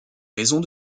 raisons